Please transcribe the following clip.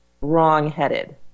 wrong-headed